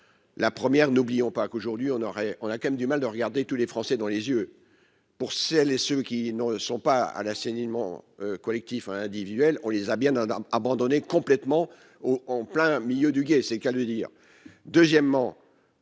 La première, n'oublions pas qu'aujourd'hui on aurait on a quand même du mal de regarder tous les Français dans les yeux pour celles et ceux qui ne sont pas à l'assainissement collectif à individuel, on les a bien abandonner complètement au en plein milieu du gué, c'est qu'à le dire, deuxièmement.